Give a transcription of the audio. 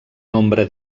nombre